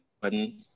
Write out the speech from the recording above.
button